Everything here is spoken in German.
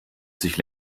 sich